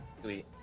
Sweet